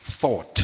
thought